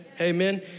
Amen